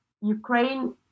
Ukraine